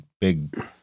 big